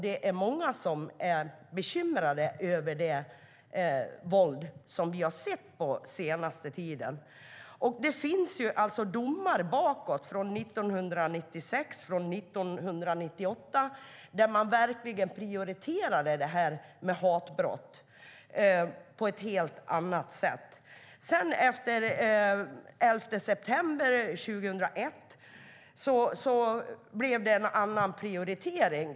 Det är många som är bekymrade över det våld som vi har sett den senaste tiden. Det finns domar bakåt från 1996 och 1998 där man verkligen prioriterade hatbrott på ett helt annat sätt. Efter den 11 september 2001 blev det en annan prioritering.